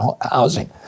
housing